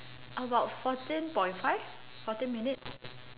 about fourteen point five fourteen minutes